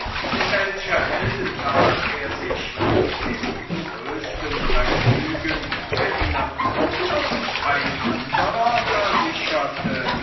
welcher heldentat er sich mit dem größten vergnügen erinnerte ein anderer versicherte